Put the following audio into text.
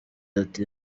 ati